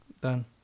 Done